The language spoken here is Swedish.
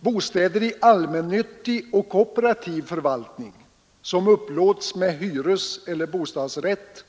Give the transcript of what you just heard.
Bostäder i allmännyttig och kooperativ förvaltning som upplåtes med hyreseller bostadsrätt